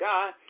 God